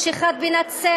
יש אחד בנצרת,